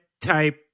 type